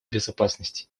безопасности